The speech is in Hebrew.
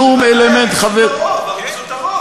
שום אלמנט, עריצות הרוב.